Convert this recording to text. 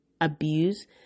abuse